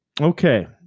okay